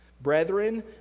Brethren